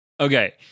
Okay